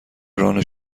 ران